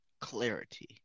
clarity